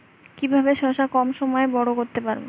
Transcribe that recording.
কিভাবে শশা কম সময়ে বড় করতে পারব?